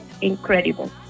incredible